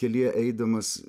kelyje eidamas